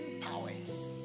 powers